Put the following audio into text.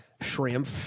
Shrimp